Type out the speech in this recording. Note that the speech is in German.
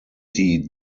die